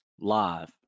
live